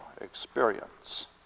experience